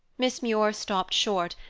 miss muir stopped short,